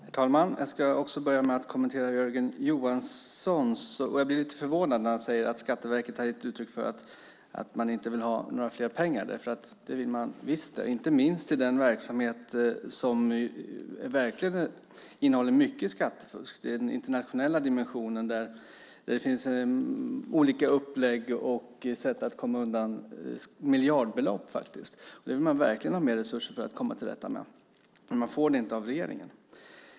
Herr talman! Jag ska också börja med att kommentera Jörgen Johansson. Jag blev lite förvånad när han sade att Skatteverket har gett uttryck för att man inte vill ha mer pengar. Det vill man visst, inte minst i den verksamhet som verkligen innehåller mycket skattefusk. Det är den internationella dimensionen där det finns olika upplägg och sätt att komma undan miljardbelopp. Där vill man verkligen ha mer resurser för att komma till rätta med detta, men man får inte det av regeringen.